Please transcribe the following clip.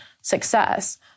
success